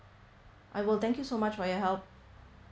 I will thank you so much for your help